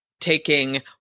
Taking